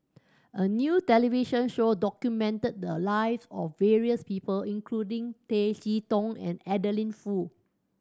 a new television show documented the live of various people including Tay Chee Toh and Adeline Foo